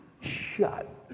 Shut